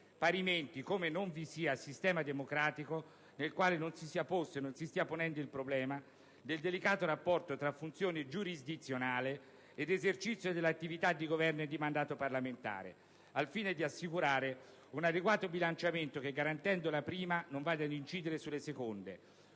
parimenti, come non vi sia sistema democratico nel quale non si sia posto e non si stia ponendo il problema del delicato rapporto tra funzione giurisdizionale ed esercizio delle attività di governo e del mandato parlamentare, al fine di assicurare un adeguato bilanciamento, che, garantendo la prima, non vada ad incidere sulle seconde,